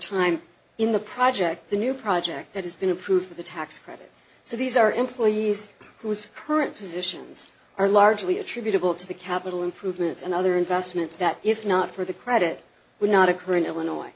time in the project the new project that has been approved for the tax credit so these are employees whose current positions are largely attributable to the capital improvements and other investments that if not for the credit will not occur in illinois